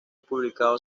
publicado